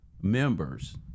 members